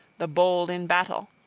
the bold-in-battle.